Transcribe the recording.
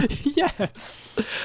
Yes